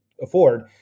afford